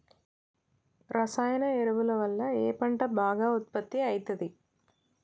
రసాయన ఎరువుల వల్ల ఏ పంట బాగా ఉత్పత్తి అయితది?